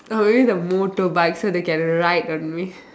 uh maybe the motorbike so they can ride on me